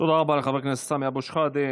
תודה רבה לחבר הכנסת סמי אבו שחאדה.